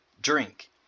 drink